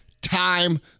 time